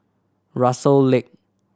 Russel Lack